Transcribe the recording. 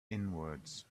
inwards